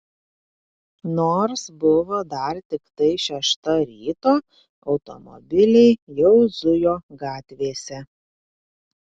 nors buvo dar tiktai šešta ryto automobiliai jau zujo gatvėse